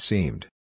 Seemed